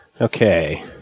Okay